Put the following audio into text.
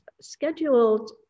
scheduled